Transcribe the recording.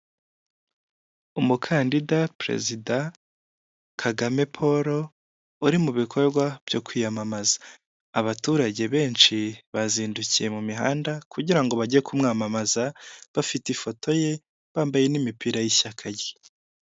Umukandida perezida Kagame Paul uri mu bikorwa byo kwiyamamaza, abaturage benshi bazindukiye mu mihanda kugira ngo bajye kumwamamaza bafite ifoto ye bambaye n'imipira y'ishyaka rye.